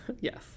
yes